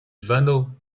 vanneau